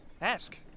Ask